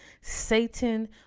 Satan